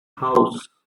house